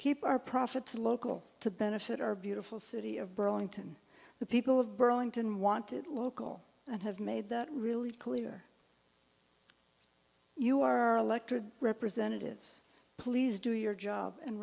keep our profits local to benefit our beautiful city of burlington the people of burlington wanted local and have made that really clear you are elected representatives please do your job and